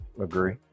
Agree